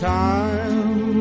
time